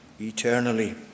eternally